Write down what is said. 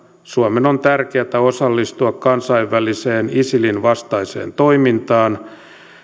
suomen on tärkeätä osallistua kansainväliseen isilin vastaiseen toimintaan